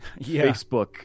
Facebook